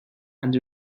and